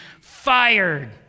fired